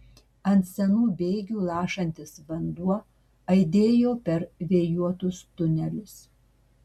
ant senų bėgių lašantis vanduo aidėjo per vėjuotus tunelius